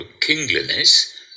kingliness